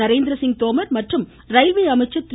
நரேந்திரசிங் தோமர் மற்றும் ரயில்வே அமைச்சர் திரு